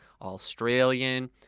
Australian